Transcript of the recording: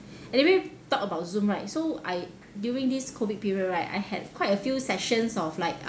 anyway talk about zoom right so I during this COVID period right I had quite a few sessions of like uh